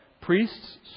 Priests